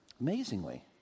Amazingly